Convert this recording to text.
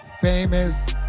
Famous